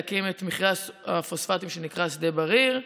להקים את מכרה הפוספטים שנקרא שדה בריר,